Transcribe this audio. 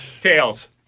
Tails